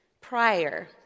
prior